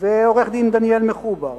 ועורך-דין דניאל מחובר,